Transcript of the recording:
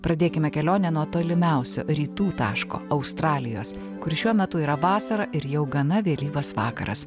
pradėkime kelionę nuo tolimiausio rytų taško australijos kur šiuo metu yra vasara ir jau gana vėlyvas vakaras